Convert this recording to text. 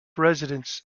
residence